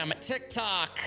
TikTok